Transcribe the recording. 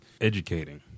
educating